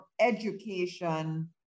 education